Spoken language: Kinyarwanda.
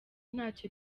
ntacyo